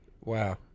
Wow